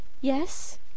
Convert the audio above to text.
Yes